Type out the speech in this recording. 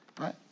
right